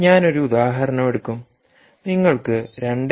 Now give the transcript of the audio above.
ഞാൻ ഒരു ഉദാഹരണം എടുക്കും നിങ്ങൾക്ക് 2